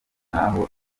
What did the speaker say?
naho